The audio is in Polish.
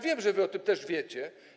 Wiem, że wy o tym też wiecie.